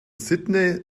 sydney